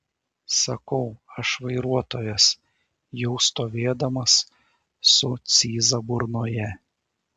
sakau aš vairuotojas jau stovėdamas su cyza burnoje